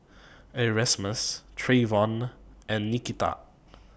Erasmus Treyvon and Nikita